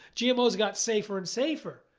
gmos got safer and safer.